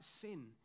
sin